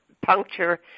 puncture